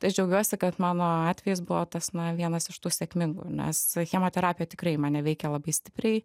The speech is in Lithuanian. tai aš džiaugiuosi kad mano atvejis buvo tas na vienas iš tų sėkmingų nes chemoterapija tikrai mane veikė labai stipriai